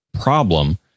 problem